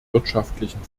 wirtschaftlichen